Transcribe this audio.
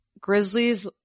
grizzlies